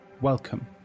Welcome